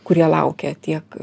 kurie laukia tiek